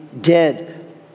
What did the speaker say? dead